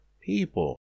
people